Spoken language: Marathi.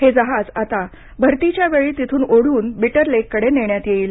हे जहाज आता भरतीच्या वेळी तिथून ओढून बिटर लेककडे नेण्यात येईल